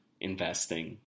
investing